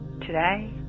today